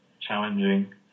challenging